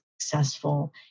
successful